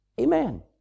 Amen